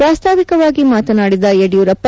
ಪ್ರಾಸ್ತಾವಿಕವಾಗಿ ಮಾತನಾಡಿದ ಯಡಿಯೂರಪ್ಪ